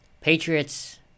Patriots